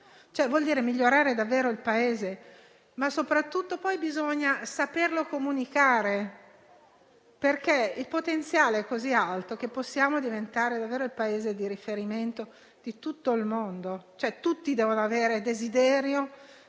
cioè migliorare davvero il Paese, ma soprattutto bisogna poi saperlo comunicare, perché il potenziale è così alto che possiamo diventare davvero il Paese di riferimento di tutto il mondo. Tutti devono avere desiderio